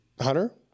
Hunter